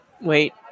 Wait